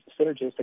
synergistic